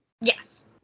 Yes